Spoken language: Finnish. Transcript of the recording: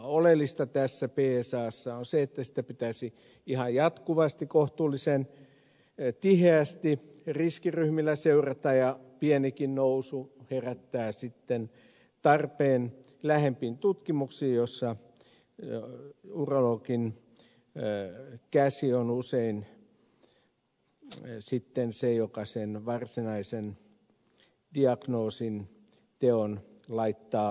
oleellista tässä psassa on se että sitä pitäisi ihan jatkuvasti kohtuullisen tiheästi riskiryhmillä seurata ja pienikin nousu herättää sitten tarpeen lähempiin tutkimuksiin joissa urologin käsi on usein sitten se joka sen varsinaisen diagnoosin teon laittaa liikkeelle